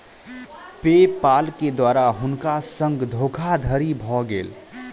पे पाल के द्वारा हुनका संग धोखादड़ी भ गेल